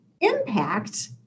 impact